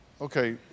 Okay